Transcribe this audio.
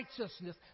righteousness